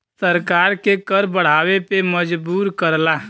सरकार के कर बढ़ावे पे मजबूर करला